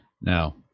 Now